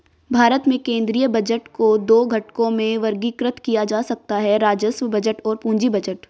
भारत के केंद्रीय बजट को दो घटकों में वर्गीकृत किया जा सकता है राजस्व बजट और पूंजी बजट